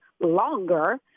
longer